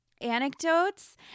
anecdotes